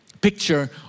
picture